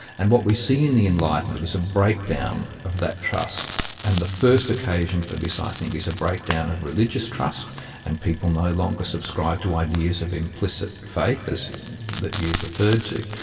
and what we see in the enlightenment is a breakdown of that trust. and the first occasion for this i think is a breakdown of religious trust and people no longer subscribe to ideas of implicit faith, that you've referred to.